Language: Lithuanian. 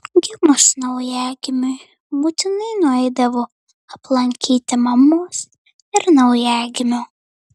gimus naujagimiui būtinai nueidavo aplankyti mamos ir naujagimio